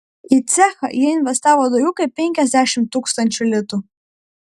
į cechą jie investavo daugiau kaip penkiasdešimt tūkstančių litų